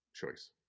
choice